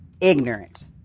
ignorant